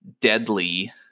Deadly